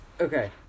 Okay